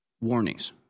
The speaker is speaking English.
warnings